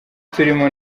turimo